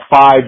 five